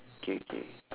okay okay